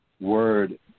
word